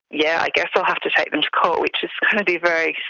yeah i guess i'll have to take them to court, which is going to be very,